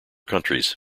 countries